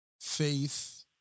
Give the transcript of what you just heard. faith